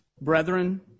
Brethren